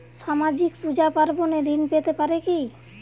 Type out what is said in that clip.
সামাজিক পূজা পার্বণে ঋণ পেতে পারে কি?